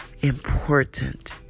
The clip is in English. important